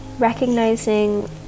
recognizing